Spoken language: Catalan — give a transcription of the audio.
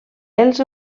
els